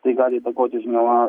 tai gali įtakoti žinoma